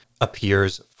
appears